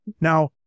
Now